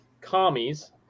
Commies